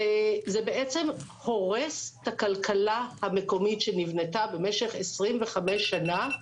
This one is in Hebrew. זה הורס את הכלכלה המקומית שנבנתה במשך 25 שנה.